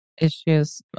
Issues